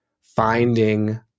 finding